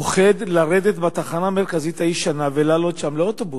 פוחד לרדת בתחנה המרכזית הישנה ולעלות שם לאוטובוס.